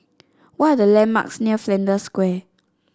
what are the landmarks near Flanders Square